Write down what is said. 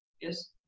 yes